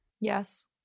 Yes